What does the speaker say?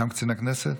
גם קצין הכנסת?